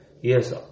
Yes